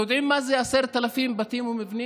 אתם יודעים מה זה 10,000 בתים ומבנים?